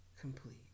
complete